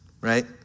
right